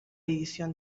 edición